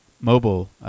mobile